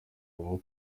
habaho